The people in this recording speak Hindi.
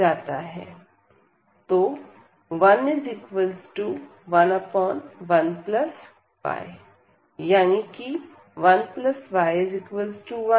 तो 111y यानी कि 1y1